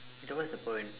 then what's the point